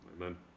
Amen